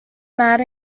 mad